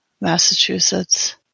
Massachusetts